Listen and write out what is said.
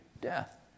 Death